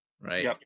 right